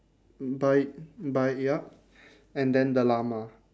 buy buy yup and then the llama